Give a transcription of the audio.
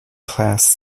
class